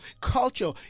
culture